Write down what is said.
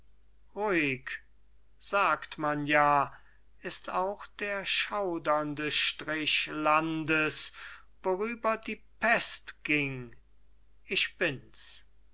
sagt man ja ist auch der schaudernde strich landes worüber die pest ging ich bin's